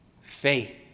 faith